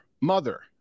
mother